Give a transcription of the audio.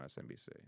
MSNBC